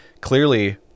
clearly